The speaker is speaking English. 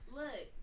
look